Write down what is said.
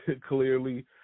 clearly